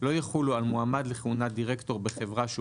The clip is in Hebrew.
לא יחולו על מועמד לכהונת דירקטור בחברה שהוא